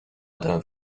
عدم